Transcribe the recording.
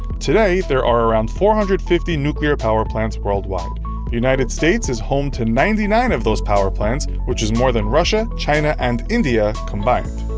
today, there are around four hundred and fifty nuclear power plants worldwide. the united states is home to ninety nine of those power plants, which is more than russia, china, and india combined.